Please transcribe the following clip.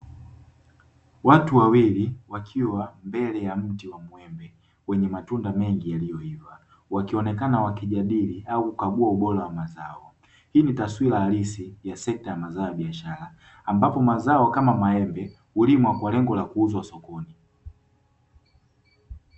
Watu wawili wakiwa mbele ya mti wa mwembe wenye matunda mengi yaliyoiva wakionekana wakijadili au kukagua ubora wa mazao, hii ni taswira halisi ya sekta ya mazao ya biashara ambapo mazao kama maembe hulimwa kwa lengo la kuuzwa sokoni.